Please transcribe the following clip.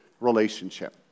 relationship